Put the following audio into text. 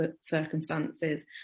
circumstances